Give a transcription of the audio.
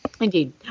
Indeed